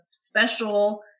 special